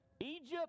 Egypt